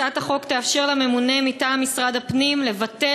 הצעת החוק תאפשר לממונה מטעם משרד הפנים לבטל